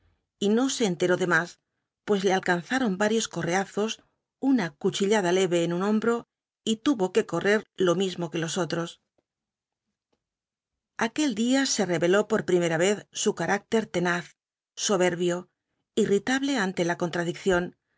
y no se enteró de más pues le alcanzaron varios correazos una cuchillada leve en un hombro y tuvo que correr lo mismo que los otros aquel día se reveló por primera vez su carácter tenaz soberbio irritable ante la contradicción